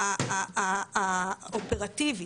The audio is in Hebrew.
האופרטיבי,